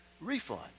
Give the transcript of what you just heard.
refund